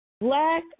black